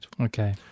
Okay